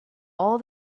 all